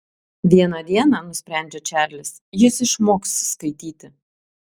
vieną dieną nusprendžia čarlis jis išmoks skaityti